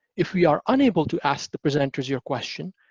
if we are unable to ask the presenters your question,